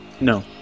No